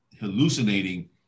hallucinating